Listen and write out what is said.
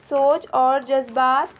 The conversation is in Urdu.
سوچ اور جذبات